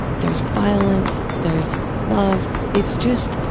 there's violence, there's love. it's just,